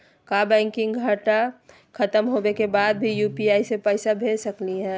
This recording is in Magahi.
का बैंकिंग घंटा खत्म होवे के बाद भी यू.पी.आई से पैसा भेज सकली हे?